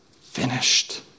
finished